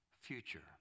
future